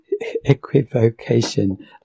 equivocation